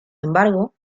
embargo